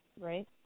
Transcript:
Right